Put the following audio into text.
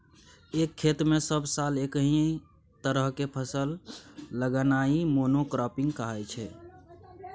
एक खेत मे सब साल एकहि तरहक फसल लगेनाइ मोनो क्राँपिंग कहाइ छै